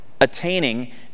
attaining